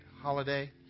holiday